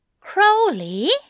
Crowley